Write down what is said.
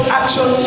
action